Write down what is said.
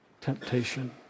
temptation